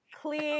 clear